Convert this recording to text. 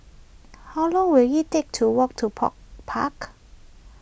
how long will it take to walk to Park